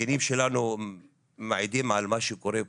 והזקנים שלנו מעידים על מה שקורה פה,